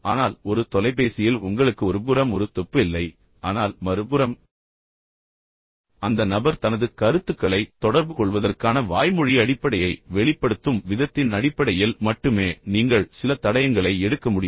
ஆனால் ஒரு தொலைபேசியில் உங்களுக்கு ஒருபுறம் ஒரு துப்பு இல்லை ஆனால் மறுபுறம் அந்த நபர் தனது கருத்துக்களைத் தொடர்புகொள்வதற்கான வாய்மொழி அடிப்படையை வெளிப்படுத்தும் விதத்தின் அடிப்படையில் மட்டுமே நீங்கள் சில தடயங்களை எடுக்க முடியும்